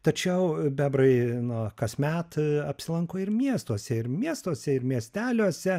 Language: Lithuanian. tačiau bebrai nu kasmet apsilanko ir miestuose ir miestuose ir miesteliuose